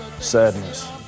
Sadness